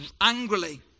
angrily